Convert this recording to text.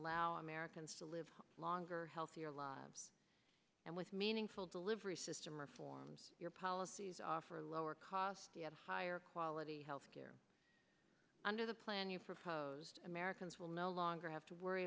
allow americans to live longer healthier lives and with meaningful delivery system reforms your policies offer lower cost higher quality health care under the plan you proposed americans will no longer have to worry